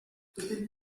you